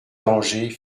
dangers